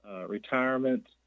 retirement